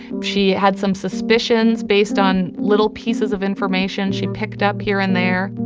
she had some suspicions based on little pieces of information she picked up here and there.